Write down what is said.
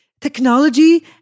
technology